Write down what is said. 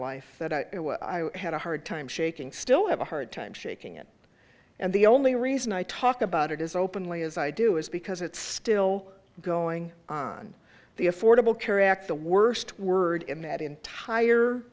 life that i had a hard time shaking still have a hard time shaking it and the only reason i talk about it as openly as i do is because it's still going on the affordable care act the worst word in that entire